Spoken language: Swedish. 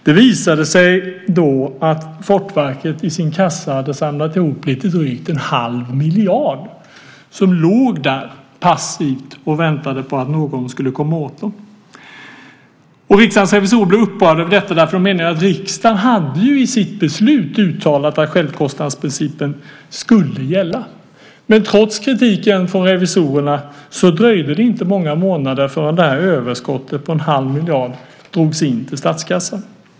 Det visade sig då att Fortifikationsverket i sin kassa hade samlat ihop lite drygt 1⁄2 miljard. Pengarna låg där och väntade passivt på att någon skulle komma åt dem. Riksdagens revisorer blev upprörda över detta eftersom de ansåg att riksdagen i sitt beslut hade uttalat att självkostnadsprincipen skulle gälla. Trots kritiken från revisorerna dröjde det inte många månader förrän överskottet på 1⁄2 miljard drogs in till statskassan.